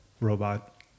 robot